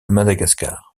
madagascar